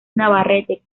navarrete